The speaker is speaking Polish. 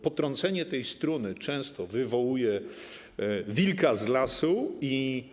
Potrącenie tej struny często wywołuje wilka z lasu i.